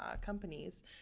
companies